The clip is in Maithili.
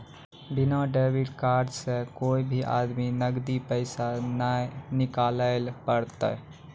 बिना डेबिट कार्ड से कोय भी आदमी नगदी पैसा नाय निकालैल पारतै